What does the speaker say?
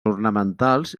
ornamentals